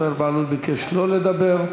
זוהיר בהלול ביקש שלא לדבר.